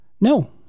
No